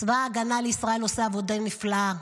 צבא ההגנה לישראל עושה עבודה נפלאה.